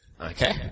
Okay